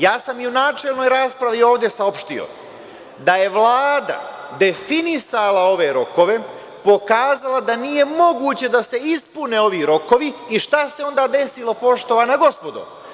Ja sam i u načelnoj raspravi ovde saopštio da je Vlada definisala ove rokove, pokazala da nije moguće da se ispune ovi rokovi i šta se onda desilo, poštovana gospodo?